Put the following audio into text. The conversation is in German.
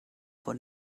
vor